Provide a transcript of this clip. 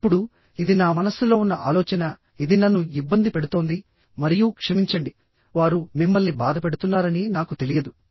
ఇప్పుడు ఇది నా మనస్సులో ఉన్న ఆలోచన ఇది నన్ను ఇబ్బంది పెడుతోంది మరియు క్షమించండి వారు మిమ్మల్ని బాధపెడుతున్నారని నాకు తెలియదు